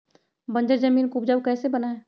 बंजर जमीन को उपजाऊ कैसे बनाय?